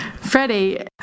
Freddie